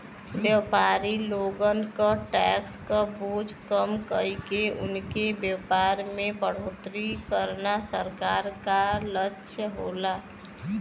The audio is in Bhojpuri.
व्यापारी लोगन क टैक्स क बोझ कम कइके उनके व्यापार में बढ़ोतरी करना सरकार क लक्ष्य होला